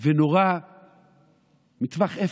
ונורה מטווח אפס,